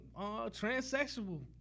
transsexual